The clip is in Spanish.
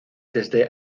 desde